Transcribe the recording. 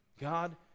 God